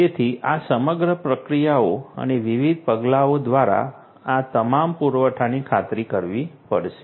તેથી આ સમગ્ર પ્રક્રિયાઓ અને વિવિધ પગલાઓ દ્વારા આ તમામ પુરવઠાની ખાતરી કરવી પડશે